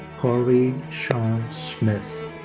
cory sean smith.